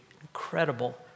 incredible